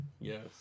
yes